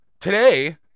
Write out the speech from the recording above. today